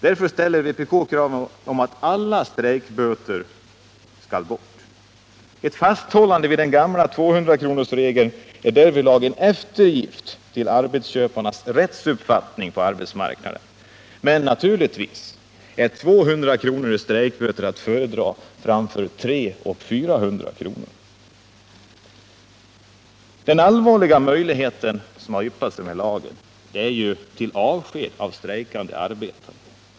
Därför ställer vpk kravet om att alla strejkböter skall bort. Ett fasthållande vid den gamla 200 kronorsregeln är därvidlag en eftergift åt arbetarköparnas rättsuppfattning på arbetsmarknaden. Men naturligtvis är 200 kr. i strejkböter att föredra framför 300 och 400 kr. Det allvarliga i den här lagen är möjligheten till avsked av strejkande arbetare.